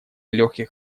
легких